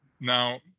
now